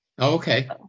Okay